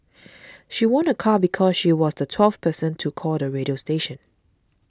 she won a car because she was the twelfth person to call the radio station